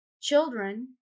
children